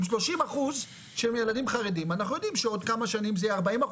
אם 30% שהם ילדים חרדים אנחנו יודעים זה יהיה 40%,